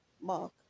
Mark